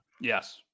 Yes